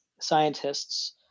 scientists